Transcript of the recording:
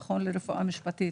במכון לרפואה משפטית.